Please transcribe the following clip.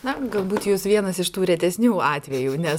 na galbūt jūs vienas iš tų retesnių atvejų nes